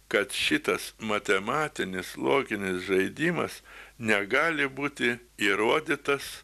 kad šitas matematinis loginis žaidimas negali būti įrodytas